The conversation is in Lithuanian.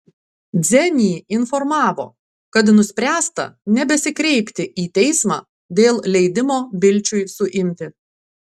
dzenį informavo kad nuspręsta nebesikreipti į teismą dėl leidimo bilčiui suimti